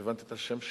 הבנתי שזה השם שלך,